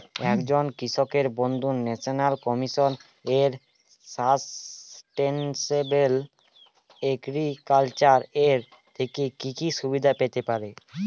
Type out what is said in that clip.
একজন কৃষক বন্ধু national commission for sustainable agriculture এর থেকে কি কি সুবিধা পেতে পারে?